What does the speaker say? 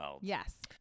Yes